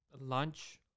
lunch